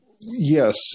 yes